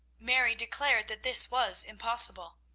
mary declared that this was impossible.